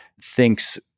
thinks